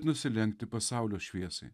nusilenkti pasaulio šviesai